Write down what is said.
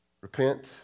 repent